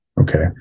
Okay